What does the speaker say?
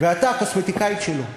ואתה הקוסמטיקאית שלו.